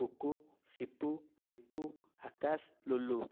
Kuku Sipu Lipu Akash Lulu